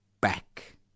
back